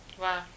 Wow